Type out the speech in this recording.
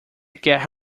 quer